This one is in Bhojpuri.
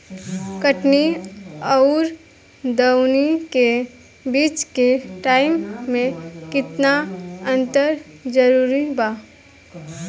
कटनी आउर दऊनी के बीच के टाइम मे केतना अंतर जरूरी बा?